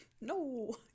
No